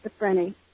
schizophrenia